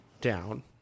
down